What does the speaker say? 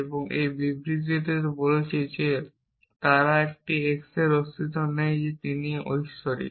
এবং এই বিবৃতিটি বলছে যে তারা একটি x এর অস্তিত্ব নেই যিনি ঐশ্বরিক